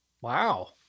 Wow